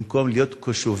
במקום להיות קשובים